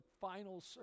final